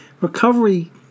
recovery